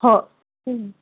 हो